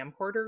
camcorders